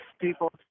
people